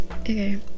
Okay